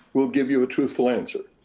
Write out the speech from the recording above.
will give you a truthful answer.